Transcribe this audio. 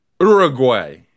Uruguay